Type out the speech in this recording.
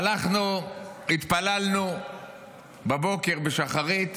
הלכנו, התפללנו בבוקר, בשחרית,